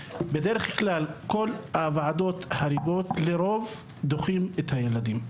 בדרך כלל כל הוועדות החריגות דוחות את הילדים.